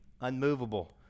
unmovable